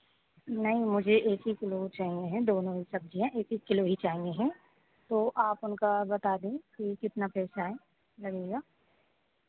नहीं मुझे एक ही किलो चाहिए हैं दोनों सब्ज़ियाँ एक एक किलो ही चाहिए हैं तो आप उनका बता दें कि कितना पैसा है लगेगा